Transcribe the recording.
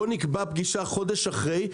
בוא נקבע פגישה חודש אחרי,